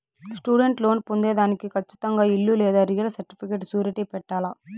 student loan పొందేదానికి కచ్చితంగా ఇల్లు లేదా రియల్ సర్టిఫికేట్ సూరిటీ పెట్టాల్ల